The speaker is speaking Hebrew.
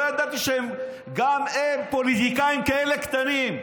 לא ידעתי שגם הם פוליטיקאים כאלה קטנים,